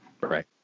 Right